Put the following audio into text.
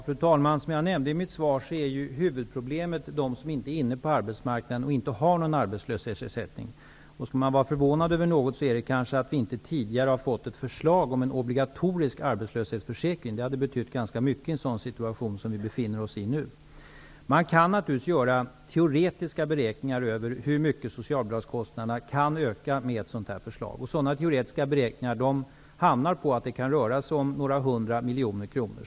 Fru talman! Som jag nämnde i mitt svar är huvudproblemet de som inte kommit in på arbetsmarknaden och som inte har någon arbetslöshetsersättning. Är det något som man skall vara förvånad över, så är det väl att vi inte tidigare fått ett förslag om en obligatorisk arbetslöshetsförsäkring. Det hade betytt ganska mycket i en situation som den som vi nu befinner oss i. Naturligtvis kan man göra teoretiska beräkningar över hur mycket socialbidragskostnaderna kan öka med nämnda förslag. När det gäller sådana teoretiska beräkningar hamnar man på belopp i storleksordningen några hundra miljoner kronor.